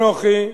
אנוכי,